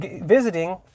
visiting